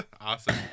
Awesome